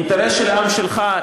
האינטרס של העם שלך,